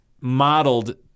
modeled